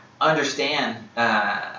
understand